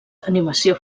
animació